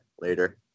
later